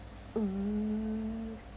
um